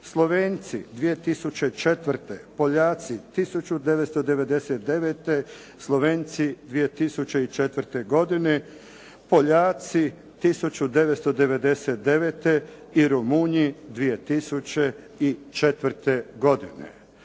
Slovenci 2004. Poljaci 1999. Slovenci 2004. godine. Poljaci 1999. i Rumunji 2004. godine.